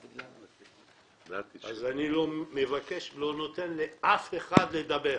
אני לא נותן לאף אחד לדבר,